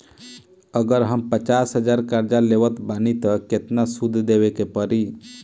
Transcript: अगर हम पचास हज़ार कर्जा लेवत बानी त केतना सूद देवे के पड़ी?